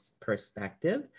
perspective